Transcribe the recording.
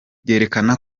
byerekana